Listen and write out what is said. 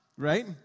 right